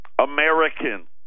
Americans